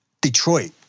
Detroit